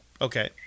Okay